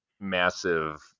massive